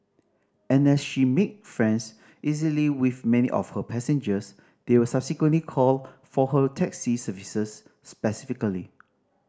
and as she make friends easily with many of her passengers they will subsequently call for her taxi services specifically